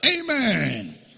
Amen